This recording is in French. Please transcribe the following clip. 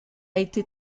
été